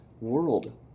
world